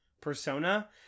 persona